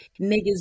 niggas